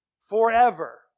forever